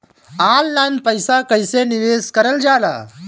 Online पईसा कईसे निवेश करल जाला?